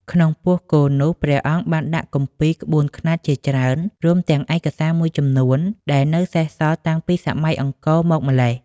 ក្នុងពោះគោនោះ ព្រះអង្គបានដាក់គម្ពីរក្បួនខ្នាតជាច្រើន រួមទាំងឯកសារមួយចំនួនដែលនៅសេសសល់តាំងពីសម័យអង្គរមកម្ល៉េះ។